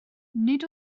nid